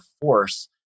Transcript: force